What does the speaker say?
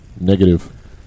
Negative